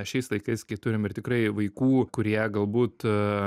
šiais laikais kai turim ir tikrai vaikų kurie galbūt